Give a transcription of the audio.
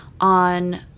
on